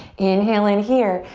inhale in here.